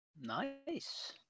Nice